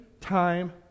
time